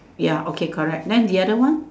ya okay correct then the other one